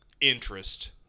interest